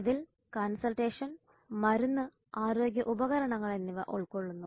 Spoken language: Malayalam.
ഇതിൽ കൺസൾട്ടേഷൻ മരുന്ന് ആരോഗ്യ ഉപകരണങ്ങൾ എന്നിവ ഉൾക്കൊള്ളുന്നു